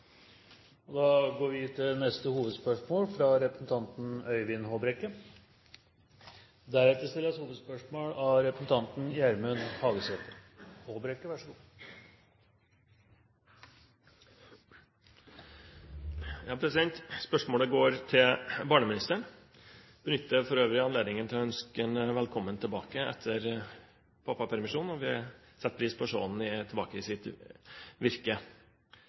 går til neste hovedspørsmål. Spørsmålet går til barneministeren. Jeg benytter for øvrig anledningen til å ønske ham velkommen tilbake etter pappapermisjon. Vi setter pris på å se ham tilbake i sitt virke.